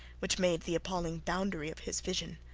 which made the appalling boundary of his vision.